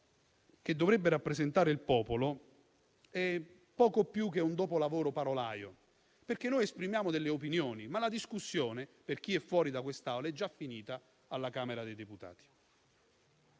che dovrebbe rappresentare il popolo, è oggi poco più che un dopolavoro parolaio. Noi esprimiamo infatti opinioni, ma la discussione per chi è fuori da quest'Aula è già finita alla Camera dei deputati.